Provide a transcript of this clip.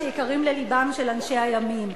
שיקרים ללבם של אנשי הימין.